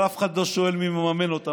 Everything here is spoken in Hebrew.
אבל אף אחד לא שואל מי מממן אותם.